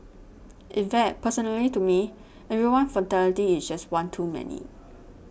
in fact personally to me every one fatality is just one too many